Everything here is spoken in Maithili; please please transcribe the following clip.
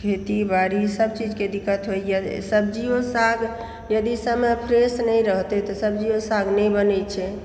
खेती बाड़ीसभ चीजके दिक्कत होइए जे सब्जियो साग यदि समय फ्रेश नहि रहतय तऽ सब्जियो साग नहि बनय छै